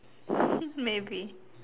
maybe